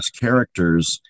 characters